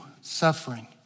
suffering